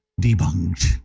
debunked